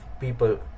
people